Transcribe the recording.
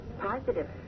Positive